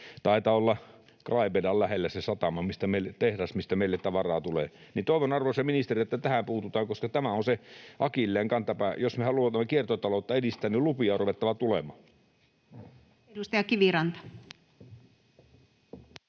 Taitaa olla Klaipėdan lähellä se satama ja se tehdas, mistä meille tavaraa tulee. Toivon, arvoisa ministeri, että tähän puututaan, koska tämä on se akilleenkantapää. Jos me haluamme kiertotaloutta edistää, niin lupia on ruvettava tulemaan.